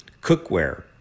cookware